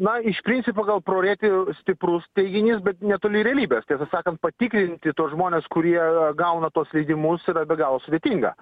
na iš principo gal pro rėtį stiprus teiginys bet netoli realybės tiesą sakant patikrinti tuos žmones kurie gauna tuos leidimus yra be galo sudėtinga